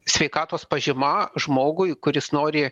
sveikatos pažyma žmogui kuris nori